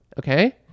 Okay